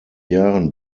jahren